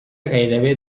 gairebé